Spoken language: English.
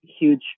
huge